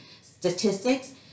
statistics